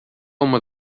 uma